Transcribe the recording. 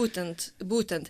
būtent būtent